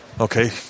Okay